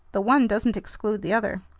the one doesn't exclude the other.